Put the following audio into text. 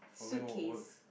following what works